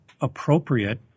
appropriate